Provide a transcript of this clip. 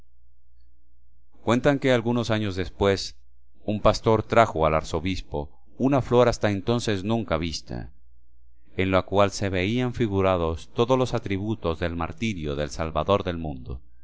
cuentan que algunos años después un pastor trajo al arzobispo una flor hasta entonces nunca vista en la cual se veían figurados todos los atributos del martirio del salvador del mundo